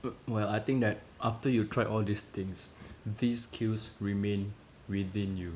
well I think that after you try all these things these skills remain within you